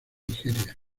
nigeria